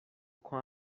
com